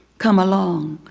come along,